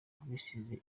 bisize